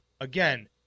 Again